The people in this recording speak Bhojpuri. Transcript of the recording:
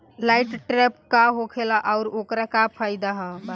लाइट ट्रैप का होखेला आउर ओकर का फाइदा बा?